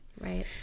right